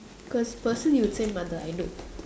cause person you would say mother I know